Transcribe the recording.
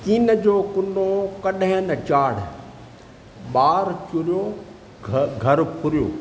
कीन जो कुनो कॾहिं न चाढ़ ॿारु चुरियो घरु घरु फुरियो